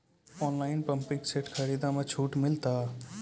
Online pumping set खरीदारी मे छूट मिलता?